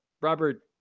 Robert